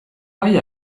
bai